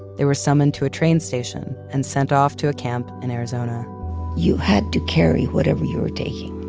they were summoned to a train station and sent off to a camp in arizona you had to carry whatever you were taking.